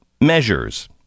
measures